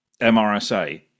MRSA